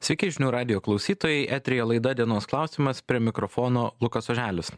sveiki žinių radijo klausytojai eteryje laida dienos klausimas prie mikrofono lukas oželis